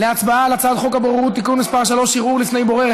להצבעה על הצעת חוק הבוררות (תיקון מס' 3) (ערעור לפני בורר),